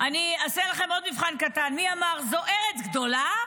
אני אעשה לכם עוד מבחן קטן: מי אמר "זו ארץ גדולה?